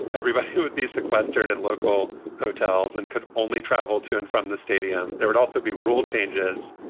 everybody would be sequestered at local hotels and you could only travel to and from the stadium. there would also be rule changes,